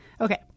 Okay